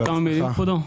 בבקשה,